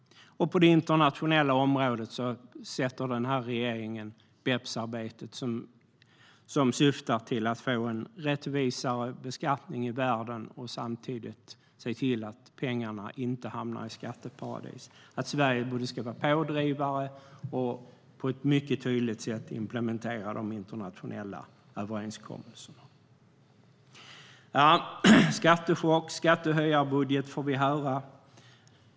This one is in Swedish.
På det internationella området driver den här regeringen BEPS-arbetet, som syftar till att få en rättvisare beskattning i världen och samtidigt se till att pengarna inte hamnar i skatteparadis. Sverige ska vara pådrivare och på ett mycket tydligt sätt implementera de internationella överenskommelserna. Vi får höra att detta är en skattechock och en skattehöjarbudget.